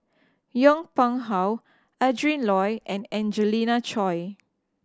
Yong Pung How Adrin Loi and Angelina Choy